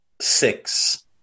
six